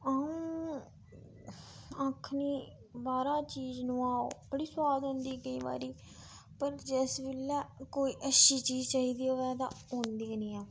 अ'ऊं आक्खनी बाह्रा चीज़ नुआऽ ओह् बड़ी सुआद होंदी केईं बारी पर जिस बेल्लै कोई अच्छी चीज़ चाहिदी होऐ ते औंदी गै नी ऐ